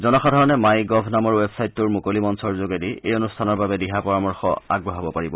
জনসাধাৰণে my gov নামৰ ৱেবছাইটোৰ মুকলি মঞ্চৰ যোগেদি এই অনুষ্ঠানৰ বাবে দিহা পৰামৰ্শ আগবঢ়াব পাৰিব